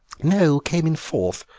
no, came in fourth,